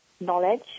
knowledge